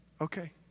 okay